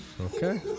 Okay